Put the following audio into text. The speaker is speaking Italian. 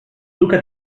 duca